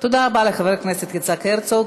תודה רבה לחבר הכנסת יצחק הרצוג.